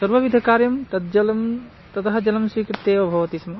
सर्वविधकार्यं तद् जलं ततः जलं स्वीकृत्य एव भवति स्म